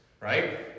Right